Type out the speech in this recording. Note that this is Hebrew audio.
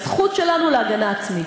הזכות שלנו להגנה עצמית.